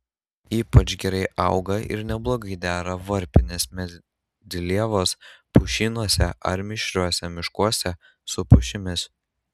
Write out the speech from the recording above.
ypač gerai auga ir neblogai dera varpinės medlievos pušynuose ar mišriuose miškuose su pušimis